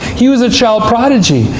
he was a child prodigy.